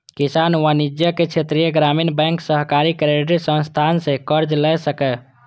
किसान वाणिज्यिक, क्षेत्रीय ग्रामीण बैंक, सहकारी क्रेडिट संस्थान सं कर्ज लए सकैए